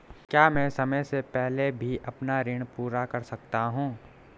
क्या मैं समय से पहले भी अपना ऋण पूरा कर सकता हूँ?